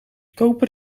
koper